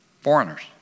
Foreigners